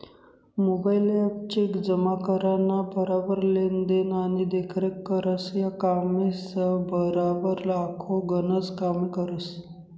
mobile app cheque जमा कराना बराबर लेन देन आणि देखरेख करस, या कामेसबराबर आखो गनच कामे करस